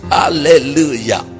hallelujah